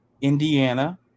Indiana